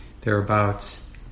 thereabouts